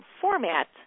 format